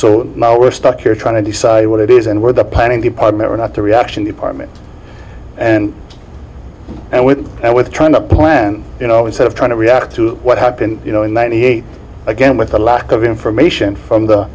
so now we're stuck here trying to decide what it is and where the planning department or not the reaction department and and with and with trying to plan you know instead of trying to react to what happened you know in ninety eight again with a lack of information from the